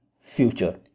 future